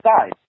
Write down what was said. side